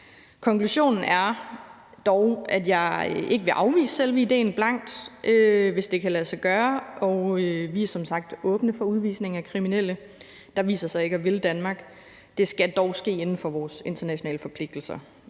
Konklusionen er dog, at jeg ikke blankt vil afvise selve idéen, hvis det kan lade sig gøre. Vi er som sagt åbne for udvisning af kriminelle, der viser sig ikke at ville Danmark. Det skal dog ske inden for vores internationale forpligtelser,